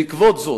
בעקבות זאת,